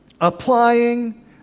applying